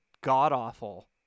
god-awful